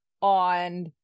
on